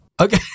Okay